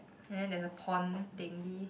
and then there's a pond thingy